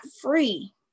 free